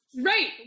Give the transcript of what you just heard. Right